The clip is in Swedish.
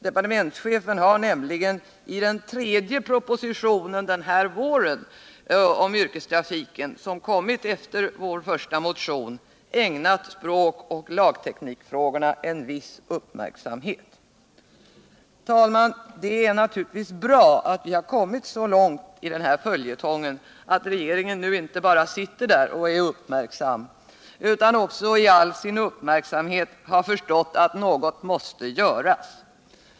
Departementschefen har nämligen i den tredje propositionen om yrkestrafiken efter vår första motion ägnat språkoch förbättra kollektiv lagteknikfrågorna en viss uppmärksamhet. Herr talman! Det är naturligtvis bra att vi nu har kommit så långt i den här följetongen att regeringen inte bara sitter där och är uppmärksam utan också i all sin uppmärksamhet har förstått att något måste göras.